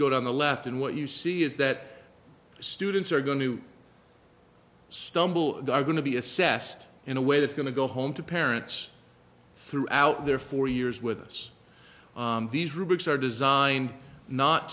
go down the left and what you see is that students are going to stumble and are going to be assessed in a way that's going to go home to parents throughout their four years with us these rubrics are designed not